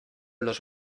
los